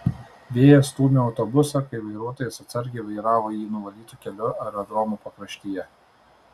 vėjas stūmė autobusą kai vairuotojas atsargiai vairavo jį nuvalytu keliu aerodromo pakraštyje